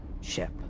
ship